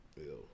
Ew